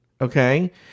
Okay